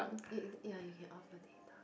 eh ya you can off your data